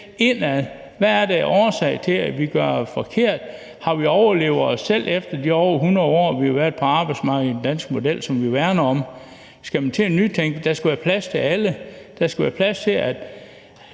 Hvad er årsagen til det, hvad gør vi forkert? Har vi overlevet os selv efter de over 100 år, vi har været på arbejdsmarkedet i den danske model, som vi værner om? Skal man til at nytænke det? Der skal være plads til alle, og der skal være plads til, at